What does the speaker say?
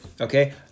Okay